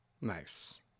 Nice